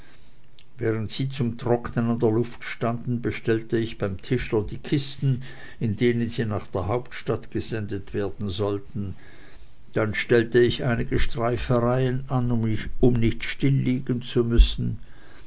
während sie zum trocknen an der luft standen bestellte ich beim tischler die kisten in denen sie nach der hauptstadt gesendet werden sollten dann stellte ich einige streifereien an um nicht stilliegen zu müssen